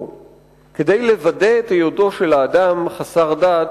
כדי לוודא את היותו של האדם חסר דת,